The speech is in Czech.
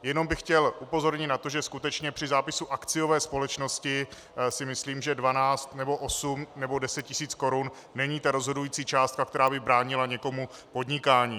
Jenom bych chtěl upozornit na to, že skutečně při zápisu akciové společnosti si myslím, že 12 nebo 8 nebo 10 tisíc korun není rozhodující částka, která by bránila někomu v podnikání.